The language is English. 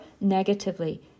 negatively